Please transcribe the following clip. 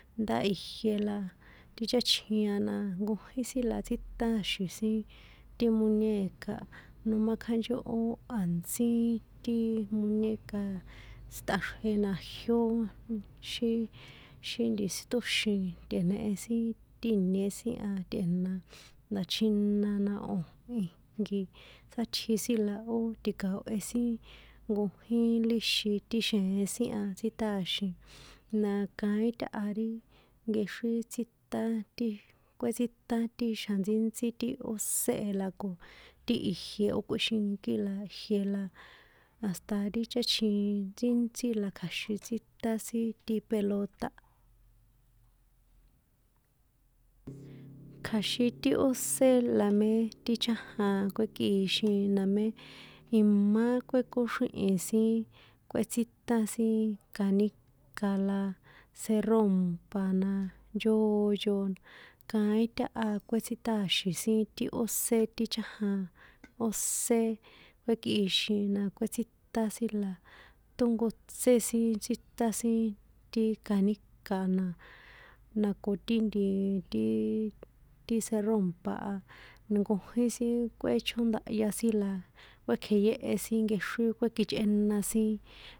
Ndá ijie la ti cháchjin a nankojín la tsíṭáxi̱n sinti moñeca nomá kjánchó ó a̱ntsí ti moñeka síṭꞌaxrje na̱jió, xí, xi nti siṭóxin tꞌe̱nehe sin ti ìñé sin a tꞌe̱na nda̱chjina na o̱ ijnki, sátji sin la ó ti̱ka̱ohe sin nkojín líxin ti xje̱en sin a tsíṭáxi̱n, na kaín táha ri, nkexrin tsíṭá ti ixja, kꞌuétsíṭá ti xjantsíntsí ti ósé la ko ti ijie ó kꞌuíxinkí la jie la, hasta ri cháchjin ntsíntsí la kja̱xin tsíṭán sin ti pelota a. Kja̱xin ti ósé la mé ti chájan kuékꞌixin na mé, jimá kuékꞌóxríhi̱n sinkꞌuétsíṭán sin canica̱ la seròmpa̱ na yóyo kaín táha kuétsíṭáxi̱n sin ti ósé ti chájan ósé kuékꞌixin na kuétsíṭán sin la, ṭónkotsé sin, tsíṭán sin, ti canica na, na ko ti ntiii, tiiii ti serrómpa̱ a, nkojín sin kꞌuéchóndahya sin la kuékjeyéhe sin nkexrín kuékjichꞌéna sin.